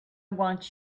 want